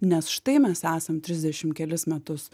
nes štai mes esam trisdešim kelis metus